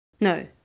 No